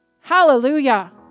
Hallelujah